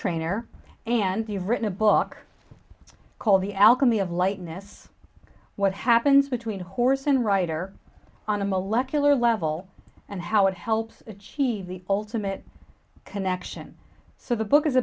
trainer and you've written a book called the alchemy of lightness what happens between horse and rider on a molecular level and how it helps achieve the ultimate connection so the book is